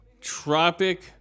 Tropic